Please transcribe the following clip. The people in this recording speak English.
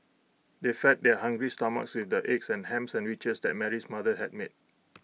they fed their hungry stomachs with the egg and Ham Sandwiches that Mary's mother had made